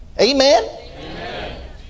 Amen